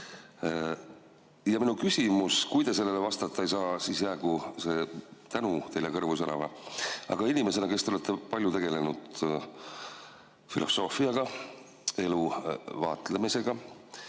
Minu küsimus. Kui te sellele vastata ei saa, siis jäägu see tänu teile kõrvu särama. Aga kas te inimesena, kes te olete palju tegelenud filosoofiaga, elu vaatlemisega,